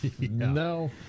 no